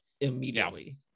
immediately